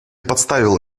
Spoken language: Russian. подставила